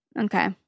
Okay